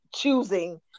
choosing